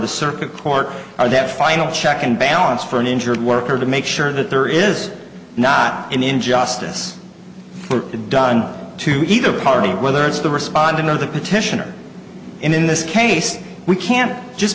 circuit court are that final check and balance for an injured worker to make sure that there is not an injustice done to either party whether it's the respondent or the petitioner in this case we can't just